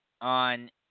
on